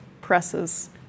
presses